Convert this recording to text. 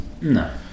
No